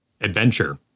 adventure